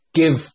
give